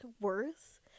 worth